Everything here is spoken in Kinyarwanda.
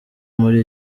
muri